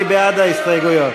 מי בעד ההסתייגויות?